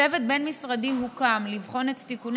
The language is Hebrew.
צוות בין-משרדי הוקם לבחון את תיקוני